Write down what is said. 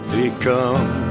become